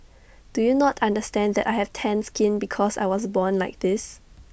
do you not understand that I have tanned skin because I was born like this